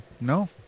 No